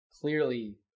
clearly